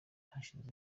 hashize